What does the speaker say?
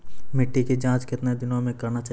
मिट्टी की जाँच कितने दिनों मे करना चाहिए?